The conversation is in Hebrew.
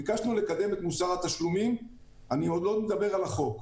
ביקשנו לקדם את מוסר התשלומים ואני עוד לא מדבר על החוק.